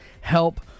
help